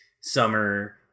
summer